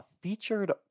featured